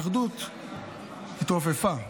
האחדות התרופפה,